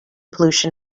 pollution